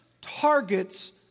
targets